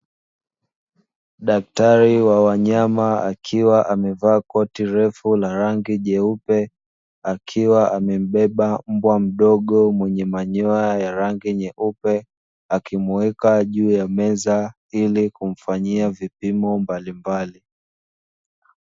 Daktari wa wanyama akiwa amevaa koti refu la rangi jeupe, akiwa amembeba mbwa mdogo mwenye manyoya ya rangi nyeupe, akimuweka juu ya meza ili kumfanyia vipimo mbalimbali.